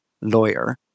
lawyer